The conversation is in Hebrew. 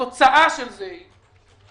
התוצאה של זה היא,